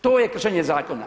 To je kršenje zakona.